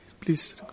please